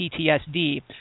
PTSD